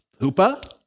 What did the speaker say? Hoopa